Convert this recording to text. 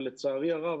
ולצערי הרב,